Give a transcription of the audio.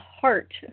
heart